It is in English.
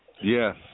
Yes